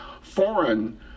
foreign